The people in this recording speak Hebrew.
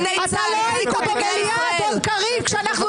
קציני צה"ל,